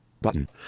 button